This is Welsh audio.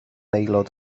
aelod